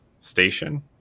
station